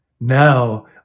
Now